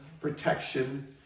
Protection